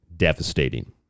devastating